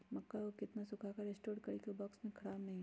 मक्का को कितना सूखा कर स्टोर करें की ओ बॉक्स में ख़राब नहीं हो?